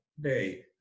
Day